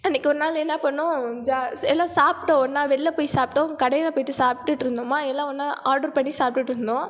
அன்றைக்கி ஒரு நாள் என்ன பண்ணோம் ஜா எல்லாம் சாப்பிட்டோம் ஒன்றா வெளியில் போய் சாப்பிட்டோம் கடையில் போயிட்டு சாப்பிட்டுட்ருந்தமா எல்லாம் ஒன்றா ஆர்டர் பண்ணி சாப்பிட்டுட்ருந்தோம்